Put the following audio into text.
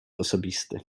osobisty